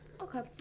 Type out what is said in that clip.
Okay